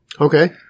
okay